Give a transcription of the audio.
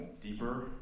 deeper